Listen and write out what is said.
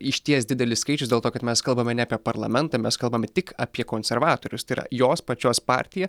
išties didelis skaičius dėl to kad mes kalbame ne apie parlamentą mes kalbame tik apie konservatorius tai yra jos pačios partija